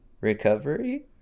recovery